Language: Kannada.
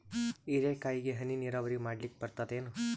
ಹೀರೆಕಾಯಿಗೆ ಹನಿ ನೀರಾವರಿ ಮಾಡ್ಲಿಕ್ ಬರ್ತದ ಏನು?